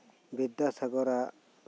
ᱵᱤᱫᱟ ᱥᱟᱜᱚᱨᱟᱜ